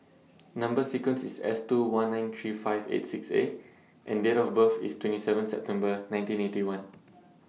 Number sequence IS S two one nine three five eight six A and Date of birth IS twenty seven September nineteen Eighty One